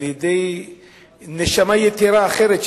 על-ידי נשמה יתירה אחרת,